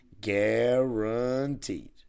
guaranteed